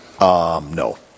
no